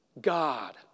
God